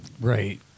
Right